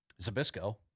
Zabisco